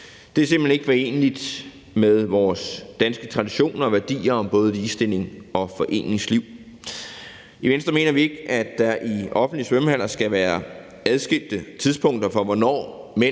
Det er simpelt hen ikke foreneligt med vores danske traditioner og værdier om hverken ligestilling og foreningsliv. I Venstre mener vi ikke, at der i offentlige svømmehaller skal være adskilte tidspunkter for, hvornår mænd